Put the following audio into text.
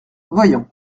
voyons